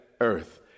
Earth